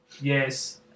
yes